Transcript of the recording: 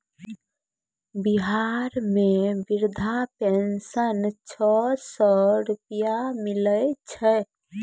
बिहार मे वृद्धा पेंशन छः सै रुपिया मिलै छै